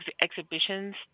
exhibitions